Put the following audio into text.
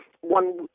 one